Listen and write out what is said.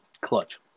clutch